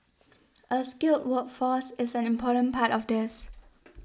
a skilled workforce is an important part of this